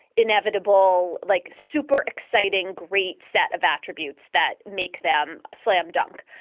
inevitable, like super exciting, great set of attributes that make them slam dunk.